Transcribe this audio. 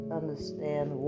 understand